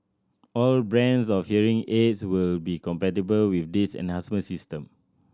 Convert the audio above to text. all brands of hearing aids will be compatible with these enhancement system